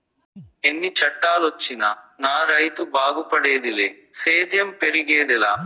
ఎన్ని చట్టాలొచ్చినా నా రైతు బాగుపడేదిలే సేద్యం పెరిగేదెలా